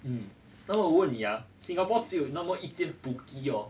嗯那我问你啊 singapore 只有那么一间 bookie hor